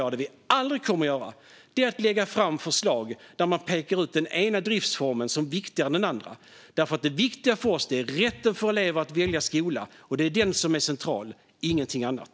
Men det vi aldrig kommer att göra är att lägga fram förslag där man pekar ut den ena driftsformen som viktigare än den andra. Det viktiga för oss är rätten för elever att välja skolor. Det är den rätten som är central, ingenting annat.